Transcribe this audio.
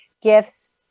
gifts